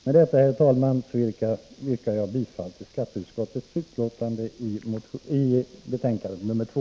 Med detta, herr talman, yrkar jag bifall till skatteutskottets hemställan i betänkande nr 2.